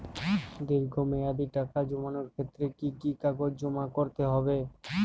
দীর্ঘ মেয়াদি টাকা জমানোর ক্ষেত্রে কি কি কাগজ জমা করতে হবে?